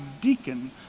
deacon